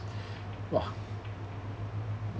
!wah!